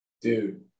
dude